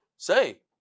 Say